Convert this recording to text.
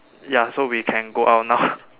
yeah so we can go out now